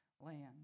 land